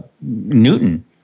Newton